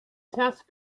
test